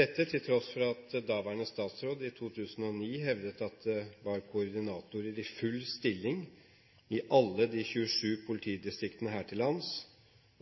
dette til tross for at statsråden i 2009 hevdet at det var koordinatorer i full stilling i alle de 27 politidistriktene her til lands,